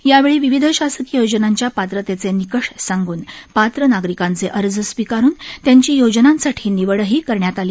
यावेळी विविध शासकीय योजनांच्या पात्रतेचे निकष सांगुन पात्र नागरिकांचे अर्ज स्विकारून त्यांची योजनांसाठी निवडही करण्यात आली